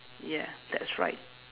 ya that's right